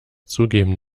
zugeben